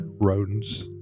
Rodents